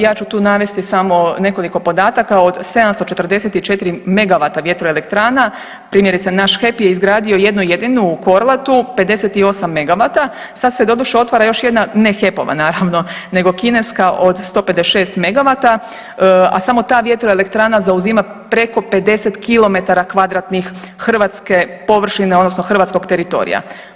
Ja ću tu navesti samo nekoliko podataka od 744 megavata vjetroelektrana primjerice naš HEP je izgradio jednu jedinu u Korlatu 58 megavata, sad se doduše otvara još jedna ne HEP-ova naravno, nego Kineska od 156 megavata, a samo ta vjetroelektrana zauzima preko 50 km2 hrvatske površine odnosno hrvatskog teritorija.